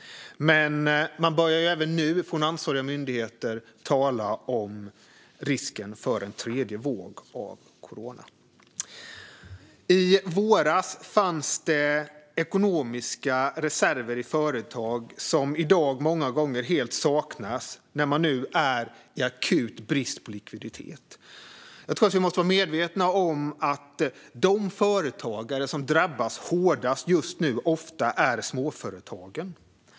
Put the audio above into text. Och ansvariga myndigheter börjar redan nu tala om risken för en tredje våg. I våras hade företag ekonomiska reserver, som i dag många gånger helt saknas. Man har nu akut brist på likviditet. Jag tror att vi måste vara medvetna om att de som just nu drabbas hårdast ofta är småföretagen.